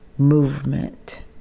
movement